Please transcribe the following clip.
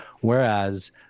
Whereas